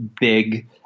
big